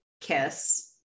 kiss